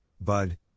Bud